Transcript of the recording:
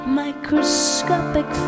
microscopic